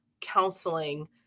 counseling